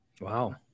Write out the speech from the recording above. Wow